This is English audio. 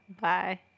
bye